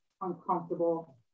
uncomfortable